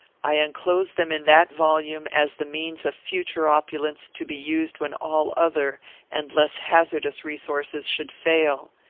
i enclosed them in that volume, as the means of future opulence, to be used when all other and less hazardous resources should fail.